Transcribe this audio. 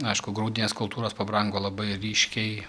aišku grūdinės kultūros pabrango labai ryškiai